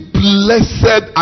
blessed